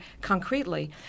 concretely